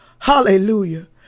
Hallelujah